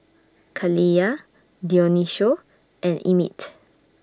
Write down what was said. Kaliyah Dionicio and Emit